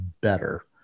better